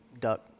duck